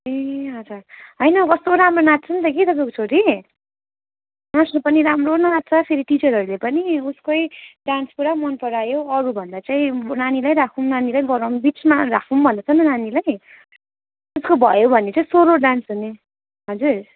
ए हजुर होइन कस्तो राम्रो नाच्छ नि त कि तपाईँको छोरी नाच्नु पनि राम्रो नाच्छ फेरि टिचरहरूले पनि उसकै डान्स पुरा मनपरायो अरूभन्दा चाहिँ नानीलाई राखौँ नानी बडाऊँ बिचमा राखौँ भन्दैछ नि त नानीलाई उसको भयो भने चाहिँ सोलो डान्स हुने हजुर